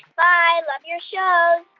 bye. love your show